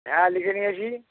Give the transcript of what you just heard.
হ্যাঁ লিখে নিয়েছি